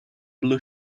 blue